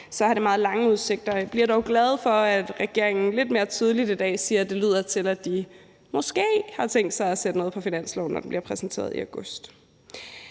så har det meget lange udsigter. Jeg bliver dog glad for, at regeringen lidt mere tydeligt i dag siger, at de måske har tænkt sig – lyder det til – at sætte noget på finansloven, når den bliver præsenteret i august.